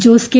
Jose K